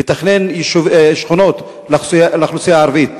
לתכנן שכונות לאוכלוסייה הערבית.